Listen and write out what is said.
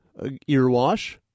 Earwash